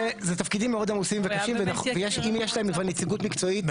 זה תפקידים מאוד עמוסים וקשים ואם יש להם נציגות מקצועית כן